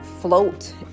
float